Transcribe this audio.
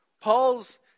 Paul's